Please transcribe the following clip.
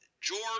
George